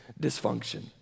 dysfunction